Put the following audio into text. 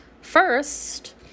first